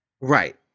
right